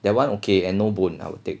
that one okay and no bone I will take